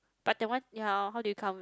but that one ya how do you come